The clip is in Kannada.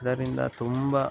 ಅದರಿಂದ ತುಂಬ